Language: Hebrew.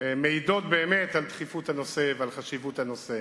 מעידות על דחיפות הנושא ועל חשיבות הנושא.